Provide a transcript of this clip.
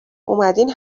اومدین